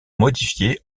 modifiés